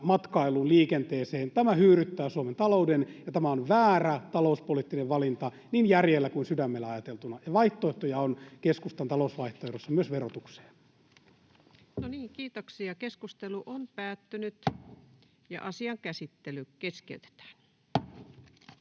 matkailuun, liikenteeseen, hyydyttää Suomen talouden, ja tämä on väärä talouspoliittinen valinta niin järjellä kuin sydämellä ajateltuna. Vaihtoehtoja on keskustan talousvaihtoehdossa myös verotukseen. [Speech 124] Speaker: Jussi